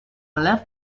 left